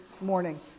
morning